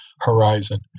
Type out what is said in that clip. horizon